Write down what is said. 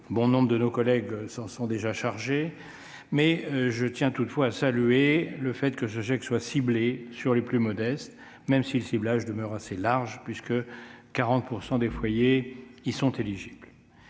bon nombre de nos collègues s'en sont déjà chargés. Je tiens toutefois à saluer le fait que ce chèque soit ciblé sur les plus modestes, même si le ciblage demeure assez large, puisque 40 % des foyers y sont éligibles.